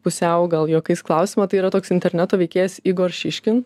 pusiau gal juokais klausimą tai yra toks interneto veikėjas igor šyškin